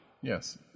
Yes